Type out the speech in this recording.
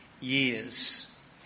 years